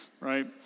Right